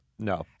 No